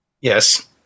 Yes